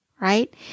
right